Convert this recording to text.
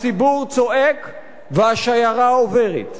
הציבור צועק והשיירה עוברת.